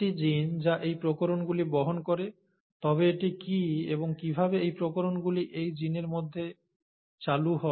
এটি জিন যা এই প্রকরণগুলি বহন করে তবে এটি কী এবং কীভাবে এই প্রকরণগুলি এই জিনের মধ্যে চালু হয়